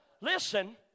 listen